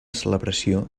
celebració